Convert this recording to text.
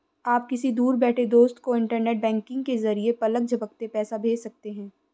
आप किसी दूर बैठे दोस्त को इन्टरनेट बैंकिंग के जरिये पलक झपकते पैसा भेज सकते हैं